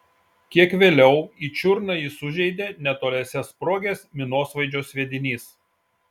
kiek vėliau į čiurną jį sužeidė netoliese sprogęs minosvaidžio sviedinys